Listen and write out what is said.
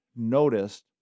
Noticed